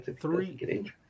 Three